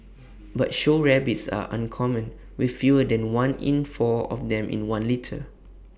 but show rabbits are uncommon with fewer than one in four of them in one litter